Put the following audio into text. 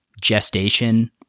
gestation